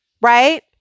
right